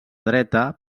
dreta